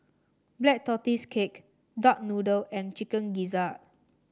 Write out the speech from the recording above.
Black Tortoise Cake Duck Noodle and Chicken Gizzard